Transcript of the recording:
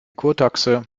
kurtaxe